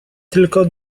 tylko